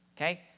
okay